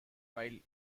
wide